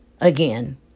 again